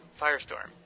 Firestorm